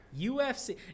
UFC